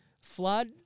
flood